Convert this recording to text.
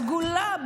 "סגולה",